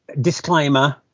disclaimer